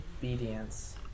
obedience